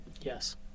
Yes